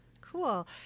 Cool